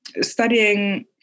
studying